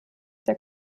der